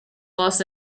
los